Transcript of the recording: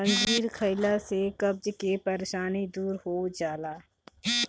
अंजीर खइला से कब्ज के परेशानी दूर हो जाला